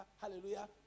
hallelujah